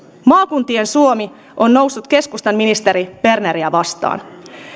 maakuntien suomi on noussut keskustan ministeri berneriä vastaan